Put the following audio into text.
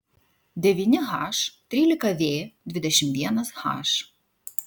devyni h trylika v dvidešimt vienas h